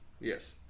Yes